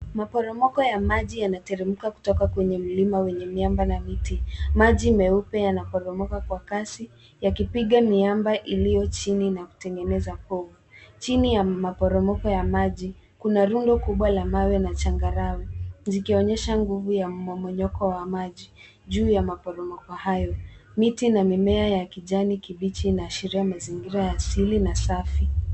Maporomoko ya maji yanateremka kutoka kwenye mlima wenye miamba na miti. Maji meupe yanaporomoka kwa kasi yakipiga miamba iliyo chini na kutengeneza povu. Chini ya maporomoko ya maji kuna rundu kubwa la mawe na changarawe zikionyesha nguvu ya mmomonyoko wa maji juu ya maporomoko hayo. Miti na mimea ya kijani kibichi inaashiria mazingira ya asili na safi.